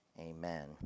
amen